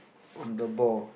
on the ball